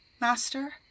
master